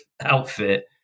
outfit